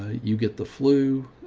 you get the flu,